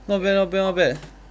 not bad not bad not bad